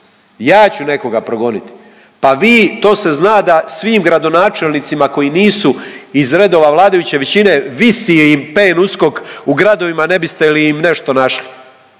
ja ću nekoga progoniti. Pa vi, to se zna da svim gradonačelnicima koji nisu iz redova vladajuće većine visi im PNUSKOK u gradovima ne biste li im nešto našli.